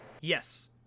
Yes